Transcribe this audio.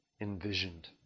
envisioned